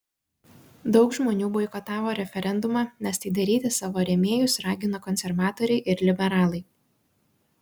daug žmonių boikotavo referendumą nes tai daryti savo rėmėjus ragino konservatoriai ir liberalai